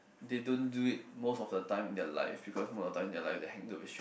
they don't do it most of the time in their life because most of time in their life they handle with stranger